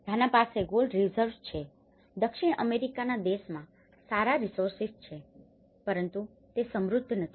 ઘાના પાસે gold reserves છે દક્ષિણ અમેરિકાના દેશોમાં સારા રીસોર્સીસ છે પરંતુ તે સમૃદ્ધ નથી